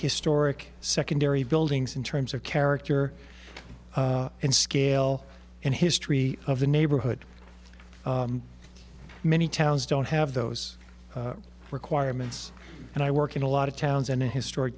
historic secondary buildings in terms of character and scale and history of the neighborhood many towns don't have those requirements and i work in a lot of towns and in historic